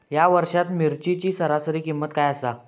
या वर्षात मिरचीची सरासरी किंमत काय आसा?